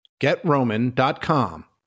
GetRoman.com